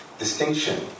distinction